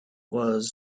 was